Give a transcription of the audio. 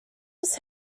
was